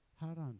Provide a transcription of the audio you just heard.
Haran